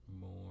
more